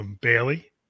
Bailey